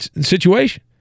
situation